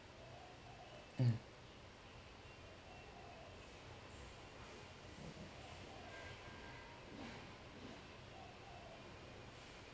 hmm